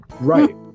Right